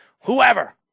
whoever